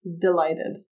Delighted